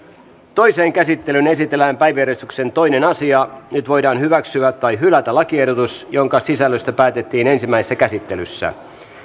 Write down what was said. toiseen käsittelyyn esitellään päiväjärjestyksen toinen asia nyt voidaan hyväksyä tai hylätä lakiehdotus jonka sisällöstä päätettiin ensimmäisessä käsittelyssä